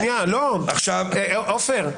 עופר,